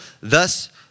thus